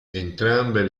entrambe